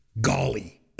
Golly